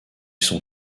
sont